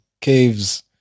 caves